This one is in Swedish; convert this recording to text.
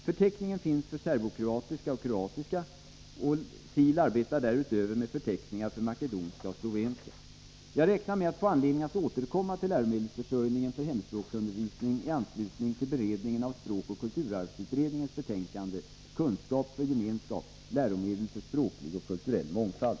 Förteckningen finns för serbokroatiska och 12 december 1983 kroatiska. SIL arbetar därutöver med förteckningar för makedonska och a rek nnatat SUVENNAR: Om hemspråks Jag räknar med att få anledning att återkomma till läromedelsförsörjningundervisningen för en för hemspråksundervisning i anslutning till beredningen av språkoch barn från Jugokulturarvsutredningens betänkande Kunskap för gemenskap — Läromedel slavien för språklig och kulturell mångfald.